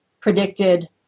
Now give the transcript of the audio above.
predicted